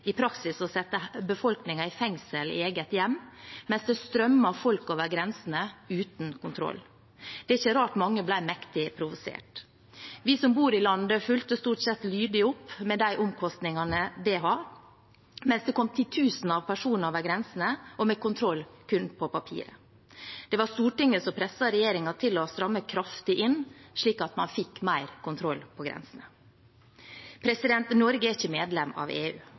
i praksis å sette befolkningen i fengsel i eget hjem, mens det strømmet folk over grensene, uten kontroll. Det er ikke rart mange ble mektig provosert. Vi som bor i landet, fulgte stort sett lydig opp, med de omkostningene det har, mens det kom titusener av personer over grensene, og med kontroll kun på papiret. Det var Stortinget som presset regjeringen til å stramme kraftig inn, slik at man fikk mer kontroll på grensene. Norge er ikke medlem av EU.